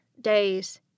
days